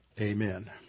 Amen